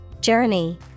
Journey